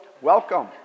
welcome